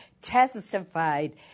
testified